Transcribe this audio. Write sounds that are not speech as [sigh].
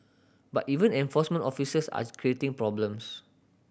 but even enforcement officers are [unintelligible] creating problems